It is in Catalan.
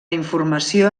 informació